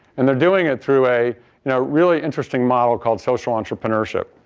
and they're doing it through a you know really interesting model called social entrepreneurship.